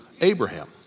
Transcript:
Abraham